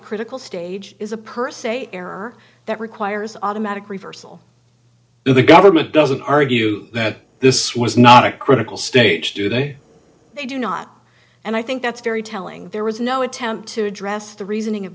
critical stage is a purse a error that requires automatic reversal in the government doesn't argue that this was not a critical stage today they do not and i think that's very telling there was no attempt to address the reasoning of